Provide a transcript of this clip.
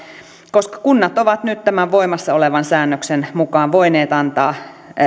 koska kunnat ovat nyt tämän voimassa olevan säännöksen mukaan voineet antaa